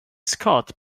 scott